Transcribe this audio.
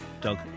Doug